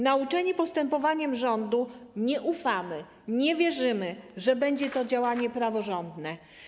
Nauczeni postępowaniem rządu nie ufamy, nie wierzymy, że będzie to działanie praworządne.